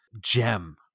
gem